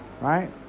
right